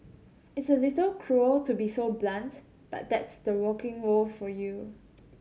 it's a little cruel to be so blunt but that's the working world for you